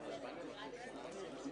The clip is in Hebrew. הישיבה ננעלה בשעה 12:26.